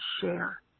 share